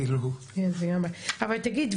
כאילו --- אבל תגיד,